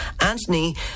Anthony